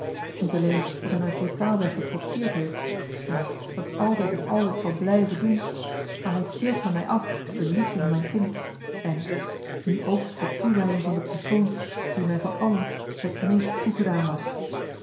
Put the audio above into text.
niet alleen dat hij mij brutaalweg getrotseerd heeft ja dat altijd en altijd zal blijven doen maar hij steelt van mij af de liefde van mijn kind en nu ook de toewijding van den persoon die mij van allen het meest toegedaan was